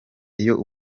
iyo